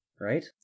right